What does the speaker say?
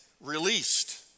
released